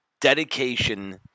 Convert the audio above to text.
dedication